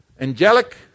angelic